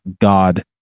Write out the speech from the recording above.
god